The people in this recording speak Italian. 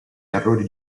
errori